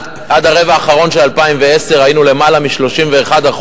עד הרבע האחרון של 2010 היו למעלה מ-31%